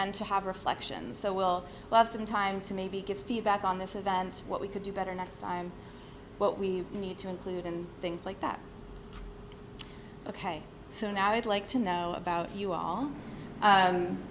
end to have reflection so we'll have some time to maybe get feedback on this event what we could do better next time what we need to include and things like that ok soon i would like to know about you all